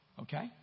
Okay